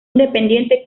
independiente